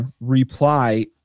reply